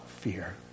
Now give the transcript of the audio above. fear